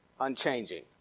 Unchanging